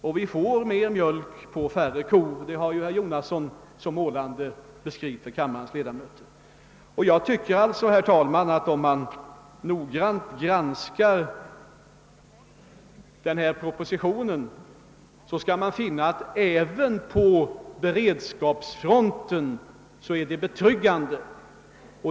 Och vi får mer mjölk från färre kor, det har herr Jonasson målande beskrivit för kammarens ledamöter. Om man noggrant granskar propositionen finner man att situationen även på beredskapsfronten är betryggande.